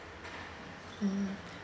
mm